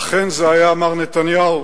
אכן, זה היה מר נתניהו.